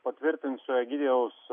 patvirtinsiu egidijaus